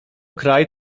kraj